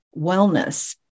Wellness